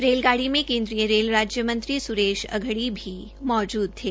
रेलगाड़ी में केन्द्रीय रेल मंत्री सुरेश अघड़ी भी मौजूद थे